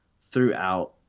throughout